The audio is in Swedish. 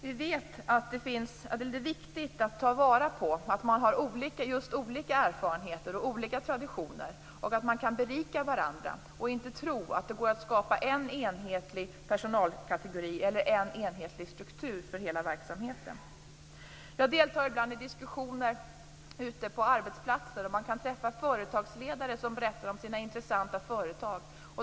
Vi vet att det är viktigt att ta vara på just detta att man har olika erfarenheter och olika traditioner. Det är viktigt att man kan berika varandra och inte tro att det går att skapa en enhetlig personalkategori eller struktur för hela verksamheten. Jag deltar ibland i diskussioner ute på arbetsplatser. Då kan man träffa företagsledare som berättar om sina intressanta företag.